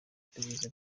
iperereza